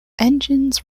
engines